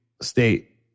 state